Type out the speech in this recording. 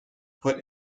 put